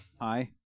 Hi